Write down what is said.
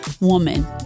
woman